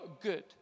good